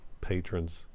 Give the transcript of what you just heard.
patrons